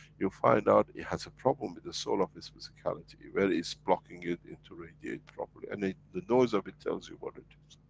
you'll find out it has a problem with the soul of its physicality, where it's blocking it into radiate properly, and then the noise of it tells you what it